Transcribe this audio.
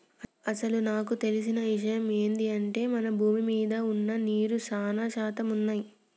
అసలు నాకు తెలిసిన ఇషయమ్ ఏంది అంటే మన భూమి మీద వున్న నీరు సానా శాతం వున్నయ్యి